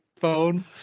phone